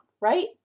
right